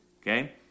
okay